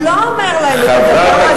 הוא לא אומר להם את הדבר הזה.